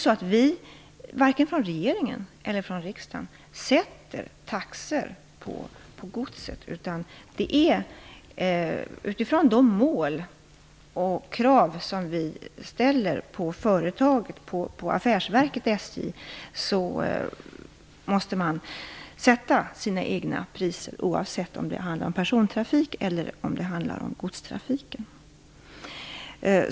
Varken regeringen eller riksdagen fastställer taxor för godset. Utifrån våra mål och de krav som vi ställer på affärsverket SJ måste SJ sätta sina egna priser, oavsett om det handlar om persontrafik eller om godstrafik.